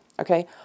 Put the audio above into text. Okay